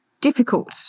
difficult